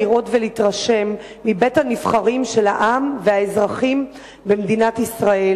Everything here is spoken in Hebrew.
לראות ולהתרשם מבית-הנבחרים של העם והאזרחים במדינת ישראל,